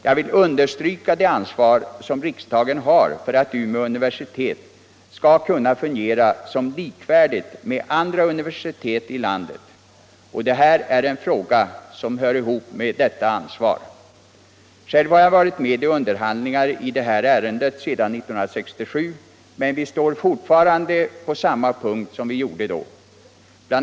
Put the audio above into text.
Jag vill understryka det ansvar som riksdagen har för att Umeå universitet kan fungera likvärdigt med andra universitet i landet. och detta är en fråga som hör ihop med deua ansvar. Själv har Jag varit med i underhandlingar i detta ärende sedan 1967. men vi står fortfarande på samma punkt som vi gjorde då. BI.